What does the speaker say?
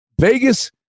Vegas